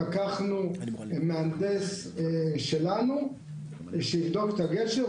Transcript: לקחנו מהנדס שלנו שיבדוק את הגשר.